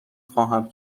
خواهم